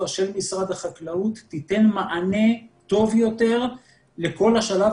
של משרד החקלאות תיתן מענה טוב יותר לכל השלב